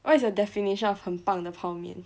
what's your definition of 很棒的泡面